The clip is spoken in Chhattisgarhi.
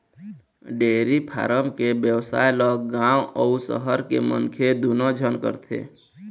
डेयरी फारम के बेवसाय ल गाँव अउ सहर के मनखे दूनो झन करथे